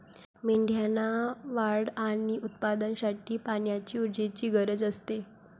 मेंढ्यांना वाढ आणि उत्पादनासाठी पाण्याची ऊर्जेची गरज असते